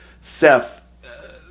Seth